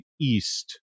east